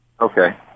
okay